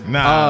Nah